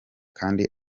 kandi